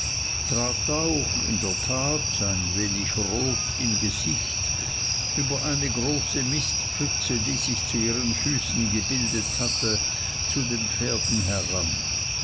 auch in der tat ein wenig rot im gesicht über eine große mistpfütze die sich zu ihren füßen gebildet hatte zu den pferden heran